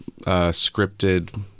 scripted